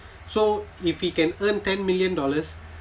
so if he can earn ten million dollars